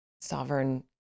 sovereign